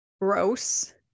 gross